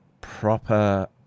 proper